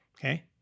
okay